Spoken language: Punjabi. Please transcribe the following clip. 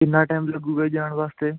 ਕਿੰਨਾਂ ਟਾਈਮ ਲੱਗੇਗਾ ਜੀ ਜਾਣ ਵਾਸਤੇ